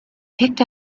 picked